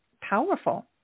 powerful